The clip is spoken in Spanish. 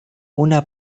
una